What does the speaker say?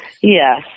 Yes